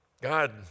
God